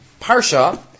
Parsha